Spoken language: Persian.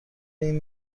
این